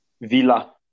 Villa